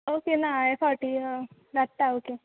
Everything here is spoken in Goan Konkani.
ओके ना ह्या फावटी धाडटा ओके